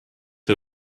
her